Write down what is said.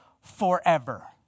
forever